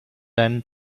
deinen